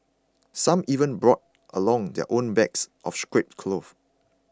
some even brought along their own bags of scrap cloth